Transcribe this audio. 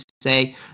say